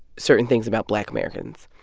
certain things about black americans.